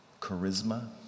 charisma